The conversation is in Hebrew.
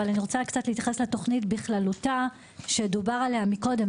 אני רוצה גם להתייחס קצת לתוכנית בכללותה שדובר עליה מקודם.